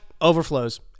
overflows